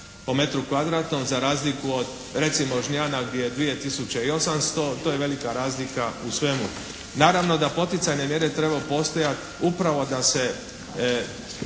po metru kvadratnom za razliku od recimo Žnjana gdje je 2800, to je velika razlika u svemu. Naravno da poticajne mjere trebaju postojati upravo da se